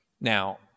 Now